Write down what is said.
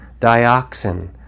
dioxin